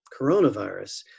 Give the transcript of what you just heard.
coronavirus